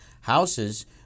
houses